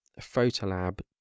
Photolab